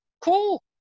Cool